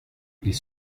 ils